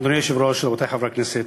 אדוני היושב-ראש, רבותי חברי הכנסת,